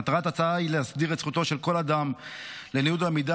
מטרת ההצעה היא להסדיר את זכותו של כל אדם לניוד המידע